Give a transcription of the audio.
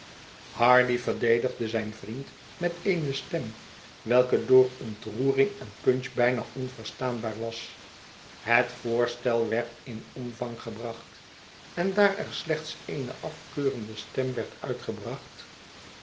hardy verdedigde zijn vriend met eene stem welke door ontroering en punch bijna onverstaanbaar was het voorstel werd in omvraag gebracht en daar er slechts dene afkeurende stem werd uitgebracht